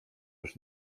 już